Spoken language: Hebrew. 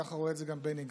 ככה רואה את זה גם בני גנץ.